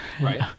right